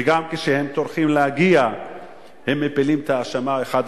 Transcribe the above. וגם כשהם טורחים להגיע הם מפילים את האשמה האחד